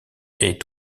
est